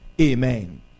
Amen